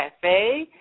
Cafe